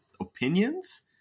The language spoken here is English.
opinions